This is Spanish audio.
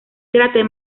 cráter